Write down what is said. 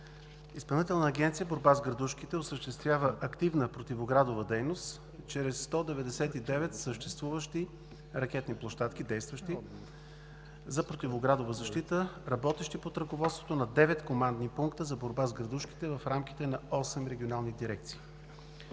Изпълнителна агенция „Борба с градушките“ осъществява активна противоградова дейност чрез съществуващите 199 ракетни площадки, действащи за противоградовата защита, работещи под ръководството на девет командни пункта за борба с градушките в рамките на осем регионални дирекции.